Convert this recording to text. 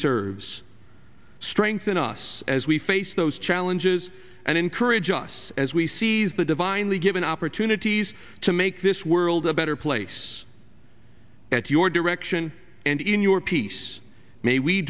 serves strengthen us as we face those challenges and encourage us as we seize the divinely given opportunities to make this world a better place at your direction and in your peace may we